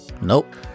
nope